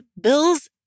Bill's